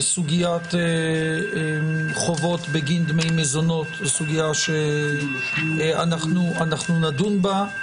סוגיית חובות בגין דמי מזונות היא סוגיה שאנחנו נדון בה.